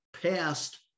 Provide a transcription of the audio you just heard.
past